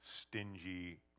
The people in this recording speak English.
stingy